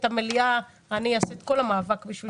במליאה אני אעשה את כל המאבק בשביל זה.